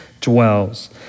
dwells